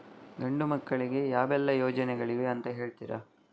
ಗಂಡು ಮಕ್ಕಳಿಗೆ ಯಾವೆಲ್ಲಾ ಯೋಜನೆಗಳಿವೆ ಅಂತ ಹೇಳ್ತೀರಾ?